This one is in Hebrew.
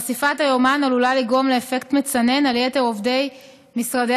חשיפת היומן עלולה לגרום לאפקט מצנן על יתר עובדי משרדי